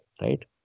right